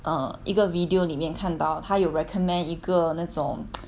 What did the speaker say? uh 一个 video 里面看到他有 recommend 一个那种